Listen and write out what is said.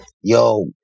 yo